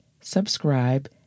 subscribe